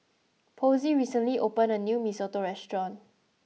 Posey recently opened a new Mee Soto restaurant